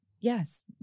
yes